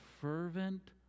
fervent